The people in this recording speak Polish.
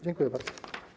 Dziękuję bardzo.